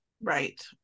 right